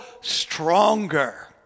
stronger